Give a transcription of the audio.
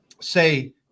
say